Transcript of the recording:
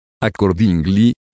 Accordingly